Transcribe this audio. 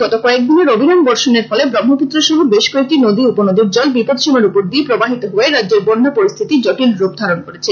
গত কয়েকদিনের অবিরাম বর্ষনের ফলে ব্রহ্মপুত্র সহ বেশ কয়েকটি নরী উপনদীর জল বিপদসীমার উপর দিয়ে প্রবাহিত হওয়ায় রাজ্যের বন্যা পরিস্থিতি জটিল রূপ ধারণ করেছে